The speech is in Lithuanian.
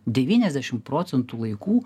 devyniasdešim procentų laikų